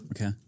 Okay